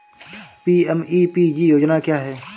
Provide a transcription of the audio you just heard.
PMEPG योजना क्या है?